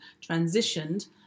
transitioned